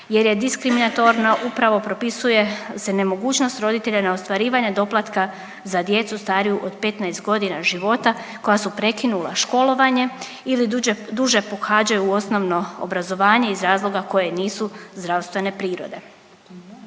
jer je diskriminatorno, upravo propisuje se nemogućnost roditelja na ostvarivanje doplatka za djecu stariju od 15 godina života koja su prekinula školovanje ili duže pohađaju osnovno obrazovanje iz razloga koje nisu zdravstvene prirode.